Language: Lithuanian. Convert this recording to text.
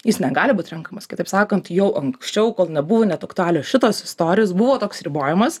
jis negali būt renkamas kitaip sakant jau anksčiau kol nebuvo net aktualios šitos istorijos buvo toks ribojimas